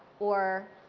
or,